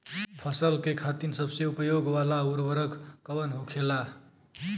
फसल के खातिन सबसे उपयोग वाला उर्वरक कवन होखेला?